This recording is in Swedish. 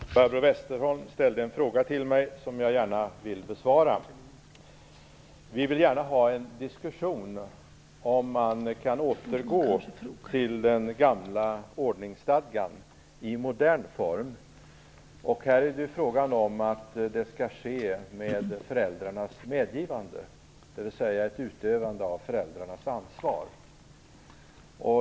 Fru talman! Barbro Westerholm ställde en fråga till mig som jag gärna vill besvara. Vi vill gärna ha en diskussion om man kan återgå till den gamla ordningsstadgan i modern form. Här är det fråga om att det skall ske med föräldrarnas medgivande, dvs. ett utövande av föräldrarnas ansvar.